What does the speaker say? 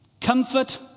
Comfort